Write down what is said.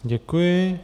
Děkuji.